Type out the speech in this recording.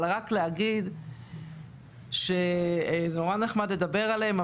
רק אגיד שזה נחמד מאוד לדבר עליהם,